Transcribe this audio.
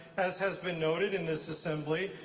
as has been noted in this assembly,